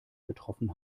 getroffen